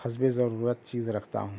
حسب ضرورت چیز رکھتا ہوں